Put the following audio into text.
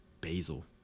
Basil